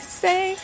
say